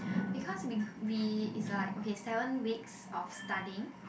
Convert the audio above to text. because we we is like okay seven weeks of studying